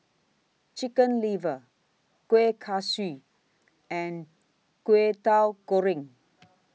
Chicken Liver Kueh Kaswi and Kwetiau Goreng